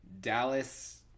Dallas